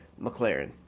mclaren